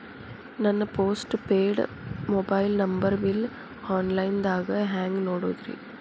ನನ್ನ postpaid mobile number bill, online ದಾಗ ಹ್ಯಾಂಗ್ ನೋಡೋದ್ರಿ?